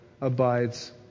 abides